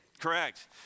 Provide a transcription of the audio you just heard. correct